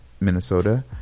Minnesota